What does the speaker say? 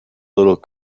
little